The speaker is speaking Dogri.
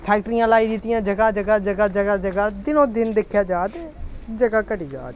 फैक्ट्रियां लाई दित्तियां ज'गा ज'गा ज'गा ज'गा ज'गा दिनों दिन दिक्खेआ जाऽ ते ज'गा घटी जा दी